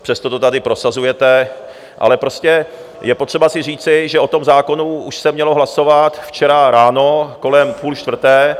Přesto to tady prosazujete, ale prostě je potřeba si říci, že o tom zákonu už se mělo hlasovat včera ráno kolem půl čtvrté...